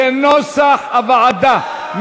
כנוסח הוועדה.